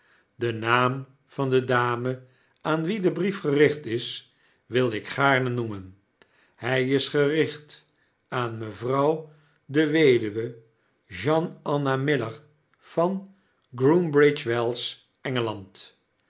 de naam van de dame aan wie de brief gericht is wil ik gaarne noemen hi is gericht aan mevrouw de weduwe jeane anna miller van groombridgewells